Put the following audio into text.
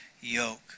yoke